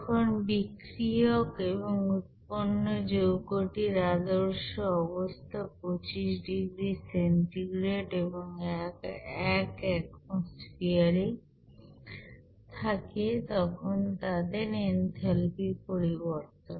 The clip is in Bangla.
যখন বিক্রিয়ক এবং উৎপন্ন যৌগটির আদর্শ অবস্থা 25 ডিগ্রী সেন্টিগ্রেড এবং 1 অ্যাটমোসফিয়ার এ থাকে তখন তাদের এনথালপি পরিবর্তন